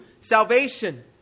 salvation